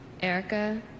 Erica